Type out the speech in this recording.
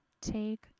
take